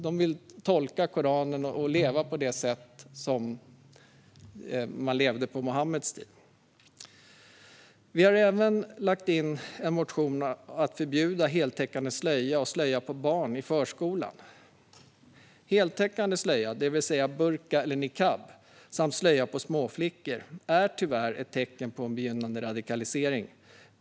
De vill tolka Koranen och leva som man levde på Muhammeds tid. Vi har även en motion om att förbjuda heltäckande slöja och slöja på barn i förskolan. Heltäckande slöja, det vill säga burka eller niqab, samt slöja på småflickor är tyvärr ett tecken på en begynnande radikalisering.